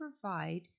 provide